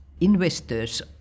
investors